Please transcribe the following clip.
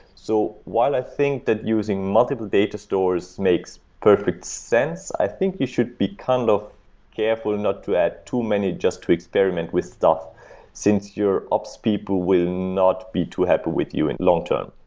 so while i think that using multiple data stores makes perfect sense, i think you should be kind of careful not add too many just to experiment with stuff since your ops people will not be too happy with you in long-term.